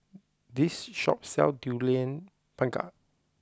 this shop sells Durian Pengat